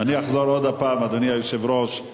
על מי אתה מדבר?